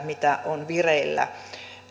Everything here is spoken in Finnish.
mitä on vireillä